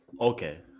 Okay